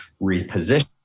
reposition